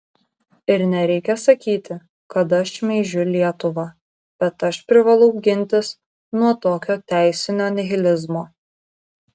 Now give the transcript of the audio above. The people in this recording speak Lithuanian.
ir nereikia sakyti kad aš šmeižiu lietuvą bet aš privalau gintis nuo tokio teisinio nihilizmo